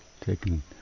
taken